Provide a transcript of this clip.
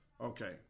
Okay